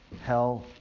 hell